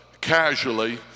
casually